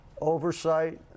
oversight